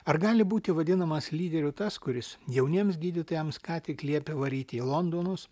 ar gali būti vadinamas lyderiu tas kuris jauniems gydytojams ką tik liepė varyti į londonus